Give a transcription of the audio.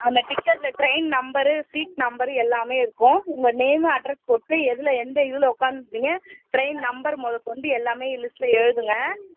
அந்த டிக்கெட்டில் train number seat number எல்லாமே இருக்கும் உங்கள் நேமு அட்ரெஸ் போட்டு எதில் எந்த இதில் உட்காந்திருந்தீங்க ட்ரெயின் நம்பர் முதல்கொண்டு எல்லாமே லிஸ்ட்டில் எழுதுங்க